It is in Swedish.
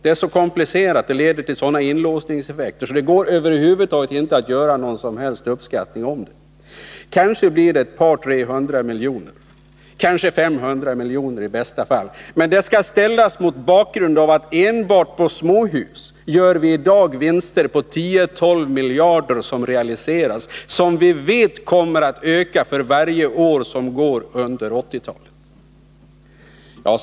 Det är så komplicerat och leder till sådana inlåsningseffekter att det över huvud taget inte går att göra någon som helst uppskattning av det. Kanske blir det ett par tre hundra miljoner eller kanske 500 miljoner i bästa fall, men beloppet skall ses mot bakgrund av att vi i dag enbart på småhus gör vinster på 10-12 miljarder som realiseras och vi vet att de kommer att öka för varje år som går under 1980-talet.